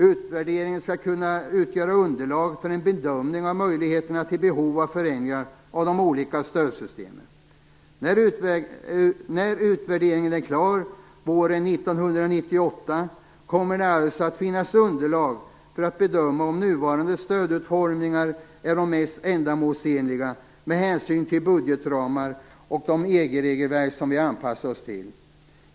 Utvärderingen skall kunna utgöra underlag för en bedömning av möjligheterna till och behoven av förändringar av de olika stödsystemen. När utvärderingen är klar våren 1998 kommer det alltså att finnas underlag för att bedöma om nuvarande stödutformningar är de mest ändamålsenliga med hänsyn till budgetramar och de EG-regelverk som vi anpassar oss till.